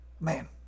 man